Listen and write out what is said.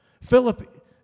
Philip